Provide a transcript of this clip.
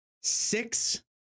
six